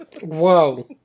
Whoa